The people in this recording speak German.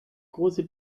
große